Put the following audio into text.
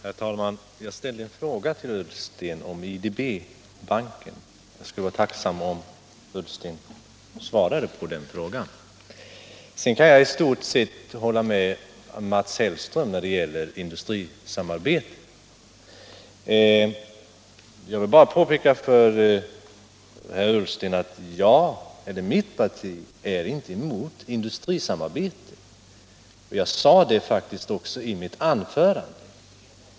Herr talman! Jag ställde en fråga till herr Ullsten om IDB, och jag skulle vara tacksam om herr Ullsten svarade på den frågan. Sedan kan jag i stort sett hålla med Mats Hellström när det gäller industrisamarbete. Jag vill bara påpeka för herr Ullsten att mitt parti inte är emot industrisamarbete — och jag sade det faktiskt också i mitt anförande.